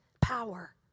power